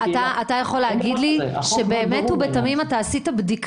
אין דבר